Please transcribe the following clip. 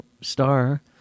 Star